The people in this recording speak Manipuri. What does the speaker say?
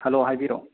ꯍꯂꯣ ꯍꯥꯏꯕꯤꯔꯛꯑꯣ